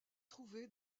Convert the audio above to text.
trouver